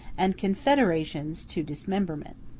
and confederations to dismemberment.